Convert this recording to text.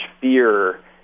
fear